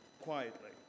quietly